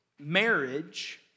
marriage